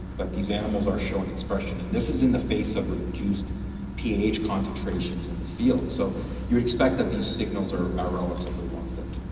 but these animals are showing expression. and this is in the face of reduced pah concentrations in the field so you'd expect that the signals are are relatively longer.